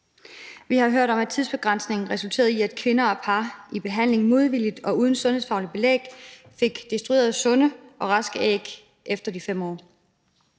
Vi har hørt om, at tidsbegrænsningen resulterede i, at kvinder og par i behandlingen modvilligt og uden sundhedsfagligt belæg fik destrueret sunde og raske æg efter de 5 år.